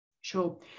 Sure